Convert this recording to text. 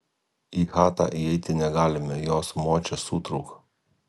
į chatą įeiti negalime jos močia sūtrauka